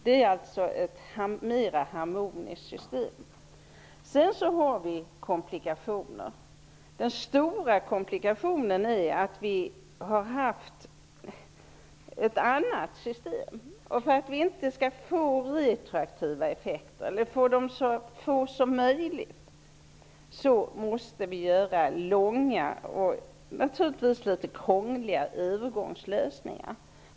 Det är alltså ett mer harmoniskt system. Sedan finns det komplikationer, och den stora komplikationen är att vi har haft ett annat system. För att det inte skall bli retroaktiva effekter, eller så få retroaktiva effekter som möjligt, måste vi göra långa och naturligtvis litet krångliga övergångslösningar.